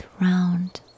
round